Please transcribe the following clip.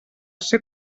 ser